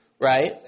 Right